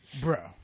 Bro